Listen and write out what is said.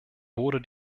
wurde